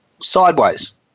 sideways